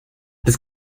das